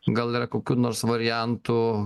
gal yra kokių nors variantų